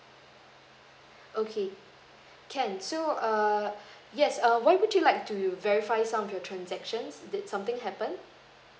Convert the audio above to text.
okay can so err yes uh why would you like to verify some of your transactions did something happen